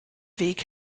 weg